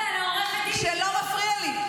--- לא מפריעה לי.